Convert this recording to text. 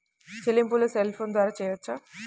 చెల్లింపులు cell phone ద్వారా చేయవచ్చా?